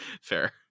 Fair